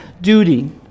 duty